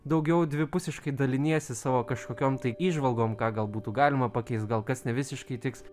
daugiau dvipusiškai daliniesi savo kažkokiom tai įžvalgom ką gal būtų galima pakeist gal kas nevisiškai tiks